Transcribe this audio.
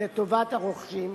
לטובת הרוכשים.